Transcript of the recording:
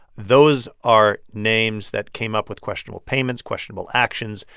those are names that came up with questionable payments, questionable actions,